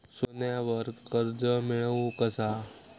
सोन्यावर कर्ज मिळवू कसा?